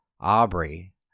Aubrey